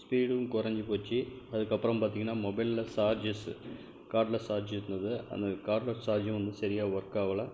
ஸ்பீடும் குறைஞ்சி போச்சு அதுக்கு அப்புறம் பார்த்திங்கன்னா மொபைலில் ஜார்ஜ்ஜஸ்சு கார்ட்டில் ஜார்ஜ்ஜு இருந்தது அந்த கார்ட்லர் ஜார்ஜ்ஜும் சரியாக ஒர்க்காகலை